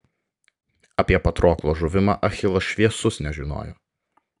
apie patroklo žuvimą achilas šviesus nežinojo